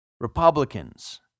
Republicans